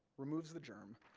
removes the germ,